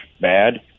bad